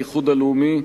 האיחוד הלאומי,